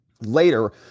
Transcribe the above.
later